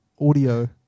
audio